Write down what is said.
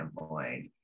avoid